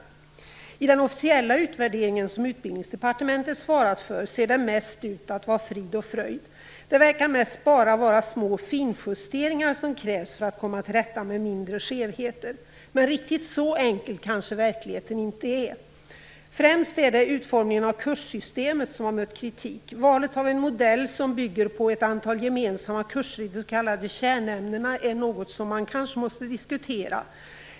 I den officiella utvärdering som Utbildningsdepartementet svarat för ser det mest ut att vara frid och fröjd. Det verkar mest vara små finjusteringar som krävs för att komma till rätta med mindre skevheter. Men riktigt så enkel är verkligheten kanske inte. Främst är det utformningen av kurssystemet som har väckt kritik. Valet av en modell som bygger på ett antal gemensamma kurser i de s.k. kärnämnena är något som man kanske måste diskutera.